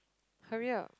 hurry up